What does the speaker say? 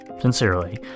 Sincerely